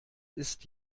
ist